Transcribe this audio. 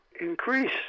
increase